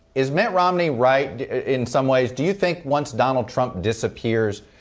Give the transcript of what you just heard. is mitt romney right in some ways? do you think once donald trump disappears,